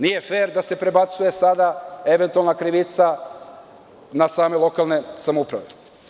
Nije fer da se prebacuje sada eventualna krivica na same lokalne samouprave.